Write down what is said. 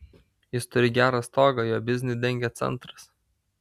jis turi gerą stogą jo biznį dengia centras